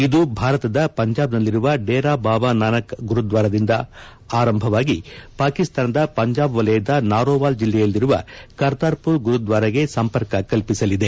ಇದು ಭಾರತದ ಪಂಜಾಬ್ನಲ್ಲಿರುವ ಡೇರಾ ಬಾಬಾ ನಾನಕ್ ಗುರುದ್ವಾರದಿಂದ ಆರಂಭವಾಗಿ ಪಾಕಿಸಾನದ ಪಂಜಾಬ್ ವಲಯದ ನಾರೋವಾಲ್ ಜಿಲ್ಲೆಯಲ್ಲಿರುವ ಕರ್ತಾರ್ಪುರ್ ಗುರುದ್ಲಾರಗೆ ಸಂಪರ್ಕ ಕಲ್ಸಿಸಲಿದೆ